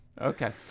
Okay